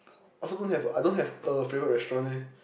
I also don't have I don't have a favourite restaurant eh